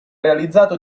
realizzato